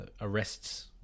arrests